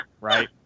right